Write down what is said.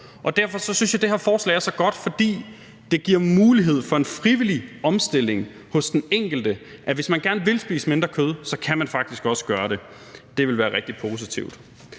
Derfor synes jeg, det her forslag er så godt, for det giver mulighed for en frivillig omstilling hos den enkelte. Hvis man gerne vil spise mindre kød, kan man faktisk også gøre det. Det vil være rigtig positivt.